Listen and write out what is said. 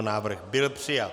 Návrh byl přijat.